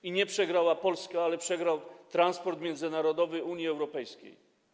I nie przegrała Polska, ale przegrał transport międzynarodowy Unii Europejskiej.